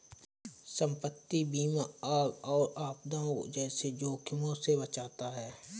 संपत्ति बीमा आग और आपदाओं जैसे जोखिमों से बचाता है